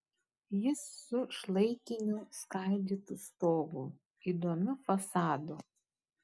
jis su šlaitiniu skaidytu stogu įdomiu fasadu